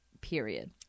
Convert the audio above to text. period